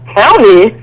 county